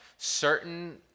certain